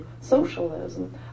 socialism